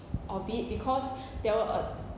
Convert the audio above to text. of it because there were a